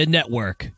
Network